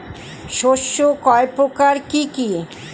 শস্য কয় প্রকার কি কি?